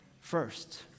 first